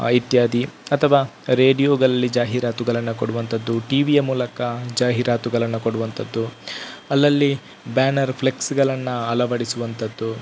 ಇತ್ಯಾದಿ ಅಥವಾ ರೇಡಿಯೋಗಳಲ್ಲಿ ಜಾಹೀರಾತುಗಳನ್ನು ಕೊಡುವಂತದ್ದು ಟಿವಿಯ ಮೂಲಕ ಜಾಹೀರಾತುಗಳನ್ನು ಕೊಡುವಂತದ್ದು ಅಲ್ಲಲ್ಲಿ ಬ್ಯಾನರ್ ಫ್ಲೆಕ್ಸ್ಗಳನ್ನು ಅಳವಡಿಸುವಂತದ್ದು